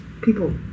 people